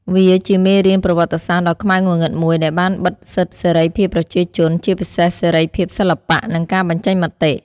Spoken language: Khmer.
វាជាមេរៀនប្រវត្តិសាស្ត្រដ៏ខ្មៅងងឹតមួយដែលបានបិទសិទ្ធសេរីភាពប្រជាជន ជាពិសេសសេរីភាពសិល្បៈ និងការបញ្ចេញមតិ។